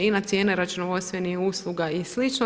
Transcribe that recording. i na cijene računovodstvenih usluga i slično.